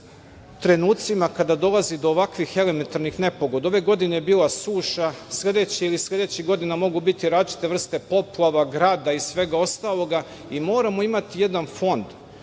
u trenucima kada dolazi do ovakvih elementarnih nepogoda. Ove godine je bila suša, sledeće ili sledećih godina mogu biti različite vrste poplava, grada i svega ostaloga i moramo imati jedan fond